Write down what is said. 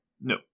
No